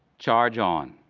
charge on.